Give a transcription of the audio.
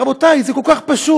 רבותיי, זה כל כך פשוט,